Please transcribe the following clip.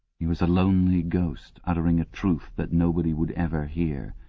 he was a lonely ghost uttering a truth that nobody would ever hear.